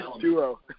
duo